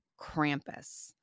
Krampus